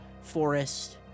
forest